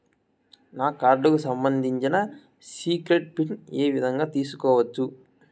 నా కార్డుకు సంబంధించిన సీక్రెట్ పిన్ ఏ విధంగా తీసుకోవచ్చు?